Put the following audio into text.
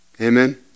Amen